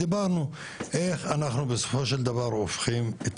דיברנו על איך בסופו של דבר אנחנו הופכים את